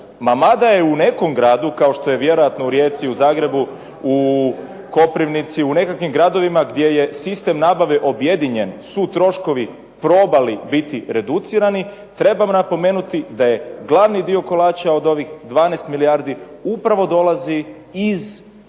Mada je u nekom gradu, kao što je vjerojatno u Rijeci, u Zagrebu, u Koprivnici, u nekakvim gradovima gdje je sistem nabave objedinjen, su troškovi probali biti reducirani trebam napomenuti da je glavni dio kolača od ovih 12 milijardi upravo dolazi iz ovih